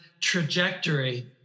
trajectory